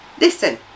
Listen